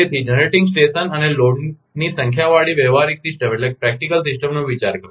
તેથી generating station અને લોડની સંખ્યાવાળી વ્યવહારિક સિસ્ટમનો વિચાર કરો